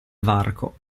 varco